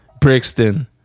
Brixton